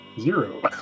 Zero